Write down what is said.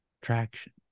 traction